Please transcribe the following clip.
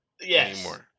Yes